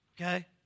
okay